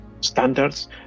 standards